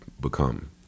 Become